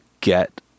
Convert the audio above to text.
get